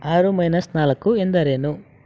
ಆರು ಮೈನಸ್ ನಾಲ್ಕು ಎಂದರೇನು